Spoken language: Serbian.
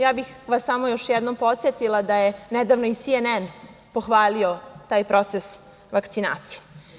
Ja bih vas samo još jednom podsetila da je nedavno i CNN pohvalio taj proces vakcinacije.